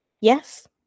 yes